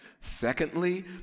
Secondly